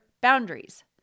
boundaries